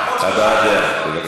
הבעת דעה.